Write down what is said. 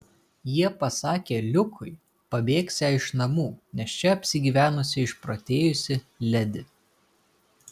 jie pasakė liukui pabėgsią iš namų nes čia apsigyvenusi išprotėjusi ledi